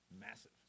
massive